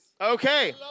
Okay